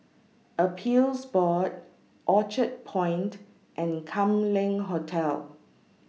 Appeals Board Orchard Point and Kam Leng Hotel